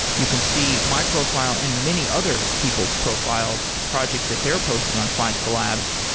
you can see my profile and many other people's profiles, projects that they're posting on findcollabs,